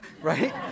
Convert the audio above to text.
right